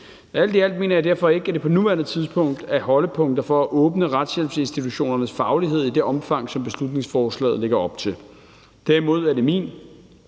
Alt i alt mener jeg derfor ikke, at der på nuværende tidspunkt er grundlag for at åbne retshjælpsinstitutionernes faglighed i det omfang, som beslutningsforslaget lægger op til. Derimod er det min